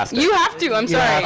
and you have to, i'm sorry.